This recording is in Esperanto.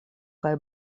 kaj